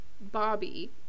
bobby